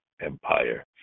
empire